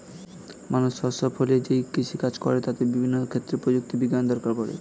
মানুষ শস্য ফলিয়ে যেই কৃষি কাজ করে তাতে বিভিন্ন ক্ষেত্রে প্রযুক্তি বিজ্ঞানের দরকার পড়ে